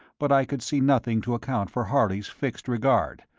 but i could see nothing to account for harley's fixed regard,